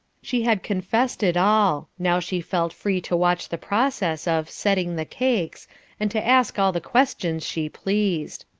she had confessed it all, now she felt free to watch the process of setting the cakes and to ask all the questions she pleased.